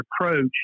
approach